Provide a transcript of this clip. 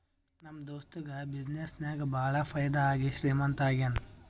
ನಮ್ ದೋಸ್ತುಗ ಬಿಸಿನ್ನೆಸ್ ನಾಗ್ ಭಾಳ ಫೈದಾ ಆಗಿ ಶ್ರೀಮಂತ ಆಗ್ಯಾನ